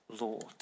Lord